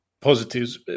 positives